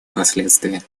последствия